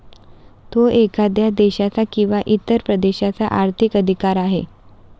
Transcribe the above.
तो एखाद्या देशाचा किंवा इतर प्रदेशाचा आर्थिक अधिकार आहे